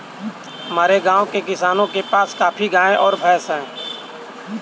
हमारे गाँव के किसानों के पास काफी गायें और भैंस है